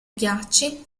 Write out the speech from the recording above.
ghiacci